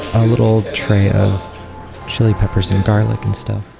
a little tray of chili peppers and garlic and stuff.